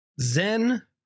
Zen